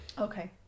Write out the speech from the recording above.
okay